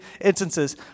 instances